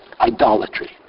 idolatry